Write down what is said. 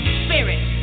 spirit